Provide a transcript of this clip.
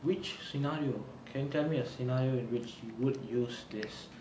which scenario can you tell me a scenario in which you would use this